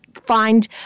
find